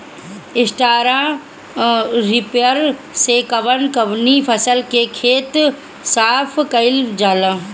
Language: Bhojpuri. स्टरा रिपर से कवन कवनी फसल के खेत साफ कयील जाला?